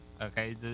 Okay